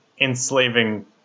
enslaving